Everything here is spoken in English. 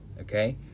okay